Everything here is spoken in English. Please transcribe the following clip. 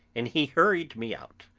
and he hurried me out,